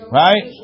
right